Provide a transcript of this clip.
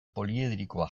poliedrikoa